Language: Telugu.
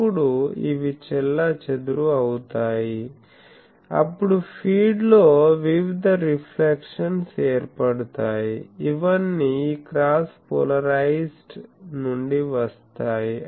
అప్పుడు అవి చెల్లాచెదరు అవుతాయి అప్పుడు ఫీడ్లో వివిధ రిఫ్లెక్షన్స్ ఏర్పడుతాయి ఇవన్నీఈ క్రాస్ పోలరైజ్డ్ నుండి వస్తాయి